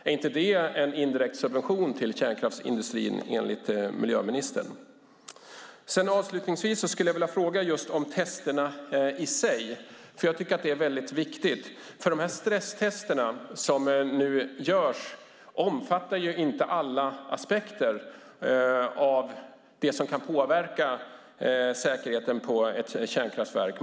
Är inte det en indirekt subvention till kärnkraftsindustrin, enligt miljöministern? Avslutningsvis skulle jag vilja fråga just om testerna i sig, för jag tycker att det är väldigt viktigt. De stresstester som nu görs omfattar inte alla aspekter av det som kan påverka säkerheten på ett kärnkraftverk.